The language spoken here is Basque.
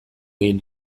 egin